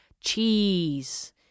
cheese